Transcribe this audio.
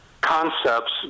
concepts